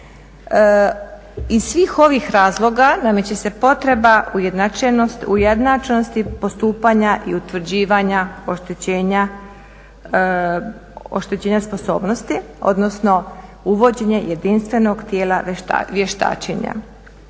Iz svih ovih razloga nameće se potreba ujednačenosti postupanja i utvrđivanja oštećenja sposobnosti, odnosno uvođenje jedinstvenog tijela vještačenja.